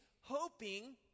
hoping